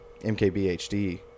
MKBHD